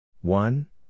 one